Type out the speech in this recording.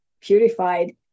purified